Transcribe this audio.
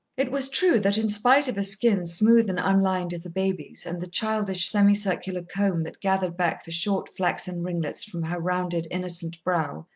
it was true that, in spite of a skin smooth and unlined as a baby's and the childish, semicircular comb that gathered back the short flaxen ringlets from her rounded, innocent brow,